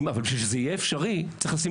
אבל בשביל שזה יהיה אפשרי צריך לשים